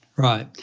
right,